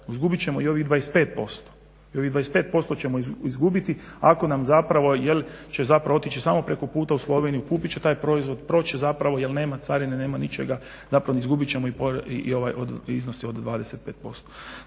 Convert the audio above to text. izgubit ćemo i ovih 25%, i ovih 25% ćemo izgubiti, ako nam zapravo, jer će zapravo otići samo preko puta u Sloveniju, kupit će taj proizvod, proći će zapravo jer nema carine, nema ničega, zapravo izgubit ćemo i ovaj iznos od 25%.